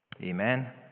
Amen